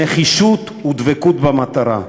נחישות ודבקות במטרה.